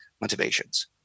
motivations